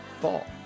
Fall